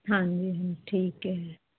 ਹਾਂਜੀ ਠੀਕ ਹੈ